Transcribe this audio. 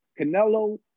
Canelo